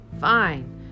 Fine